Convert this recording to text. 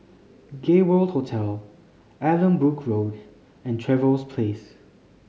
Gay World Hotel Allanbrooke Road and Trevose Place